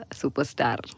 superstar